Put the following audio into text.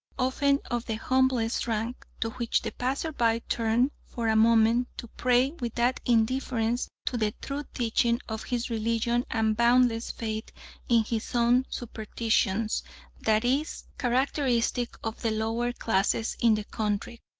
often of the humblest rank, to which the passer-by turned for a moment to pray with that indifference to the true teaching of his religion and boundless faith in his own superstitions that is characteristic of the lower classes in the country.